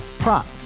Prop